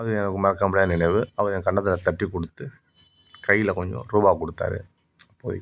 அது எனக்கு மறக்க முடியாத நினைவு அவர் என் கன்னத்தில் தட்டி கொடுத்து கையில் கொஞ்சம் ரூபாய் கொடுத்தாரு போய்